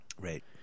Right